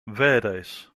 verdes